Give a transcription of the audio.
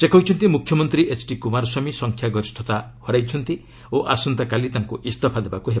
ସେ କହିଛନ୍ତି ମୁଖ୍ୟମନ୍ତ୍ରୀ ଏଚ୍ଡି କୁମାରସ୍ୱାମୀ ସଂଖ୍ୟାଗରିଷତା ହରାଇଛନ୍ତି ଓ ଆସନ୍ତାକାଲି ତାଙ୍କୁ ଇସ୍ଥଫା ଦେବାକୁ ହେବ